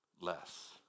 less